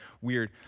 weird